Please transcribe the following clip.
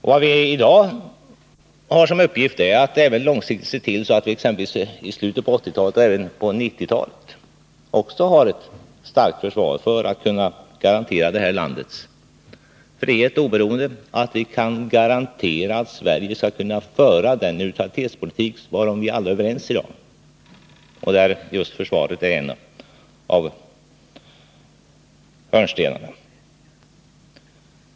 Vår uppgift i dag är att se till att vi långsiktigt, också i slutet på 1980-talet och även på 1990-talet, har ett starkt försvar för att kunna garantera vårt lands oberoende och för att kunna föra den neutralitetspolitik som vi alla är överens om och för vilken just försvaret utgör en av hörnstenarna.